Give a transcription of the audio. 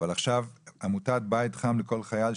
אבל עכשיו עמותת בית חם לכל חייל,